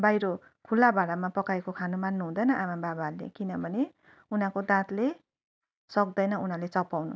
बाहिर खुल्ला भाँडामा पकाएको खान मान्नु हुँदैन आमाबाबाहरूले किनभने उनीहरूको दाँतले सक्दैन उनीहरूले चपाउनु